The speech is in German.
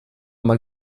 man